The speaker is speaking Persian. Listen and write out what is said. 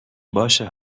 باشه